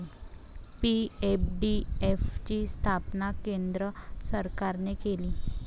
PFDF ची स्थापना केंद्र सरकारने केली